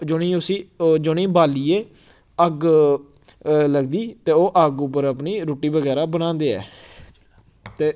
जिनें गी उस्सी ओह् जिनें गी बालियै अग्ग लगदी ते ओह् अग्ग उप्पर अपनी रुट्टी बगैरा बनांदे ऐ ते